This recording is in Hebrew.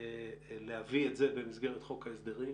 להביא את זה במסגרת חוק ההסדרים